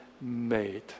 made